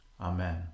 Amen